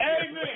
Amen